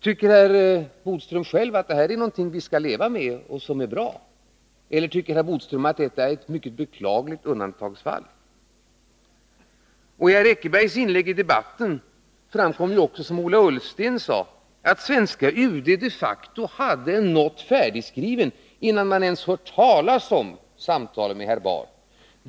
Tycker herr Bodström själv att detta är någonting som vi skall leva med och som är bra, eller tycker herr Bodström att detta är ett mycket beklagligt undantagsfall? Av herr Eckerbergs inlägg i debatten framkom ju också, som Ola Ullsten sade, att svenska UD de facto hade en not färdigskriven, innan man ens hört talas om samtalen med herr Bahr.